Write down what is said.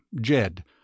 Jed